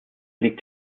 liegt